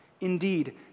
Indeed